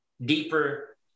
deeper